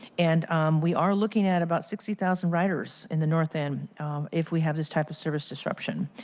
and we are looking at about sixty thousand riders in the north end if we have this type of service disruption,